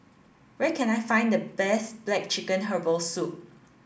where can I find the best black chicken herbal soup